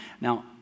Now